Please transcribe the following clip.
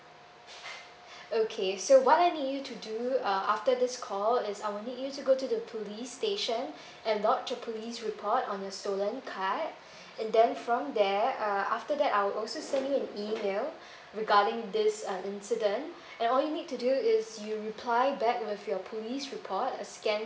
okay so what I need you to do uh after this call is I will need you to go to the police station and lodge a police report on a stolen card and then from there uh after that I will also send you an email regarding this uh incident and all you need to do is you reply back with your police report a scanned